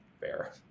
fair